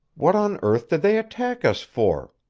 what on earth did they attack us for?